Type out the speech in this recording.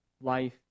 life